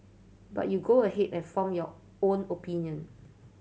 but you go ahead and form your own opinion